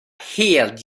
helt